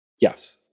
Yes